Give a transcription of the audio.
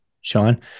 Sean